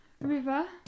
River